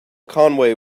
conway